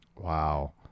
wow